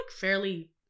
fairly